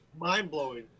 mind-blowing